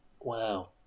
Wow